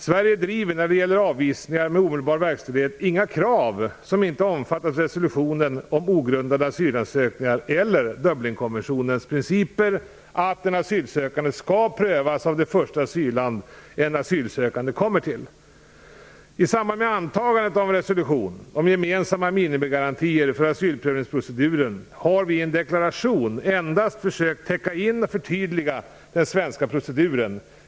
Sverige driver - när det gäller avvisningar med omedelbar verkställighet - inga krav som inte omfattas av resolutionen om ogrundade asylansökningar eller Dublinkonventionens principer att en asylansökan skall prövas av det första asylland en asylsökande kommer till. I samband med antagandet av en resolution om gemensamma minimigarantier för asylprövningsproceduren har vi i en deklaration endast försökt täcka in och förtydliga den svenska proceduren.